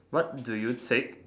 what do you take